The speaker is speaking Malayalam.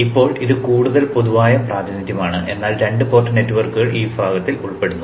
ഇപ്പോൾ ഇത് കൂടുതൽ പൊതുവായ പ്രാതിനിധ്യമാണ് എന്നാൽ രണ്ട് പോർട്ട് നെറ്റ്വർക്കുകൾ ഈ വിഭാഗത്തിൽ ഉൾപ്പെടുന്നു